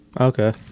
Okay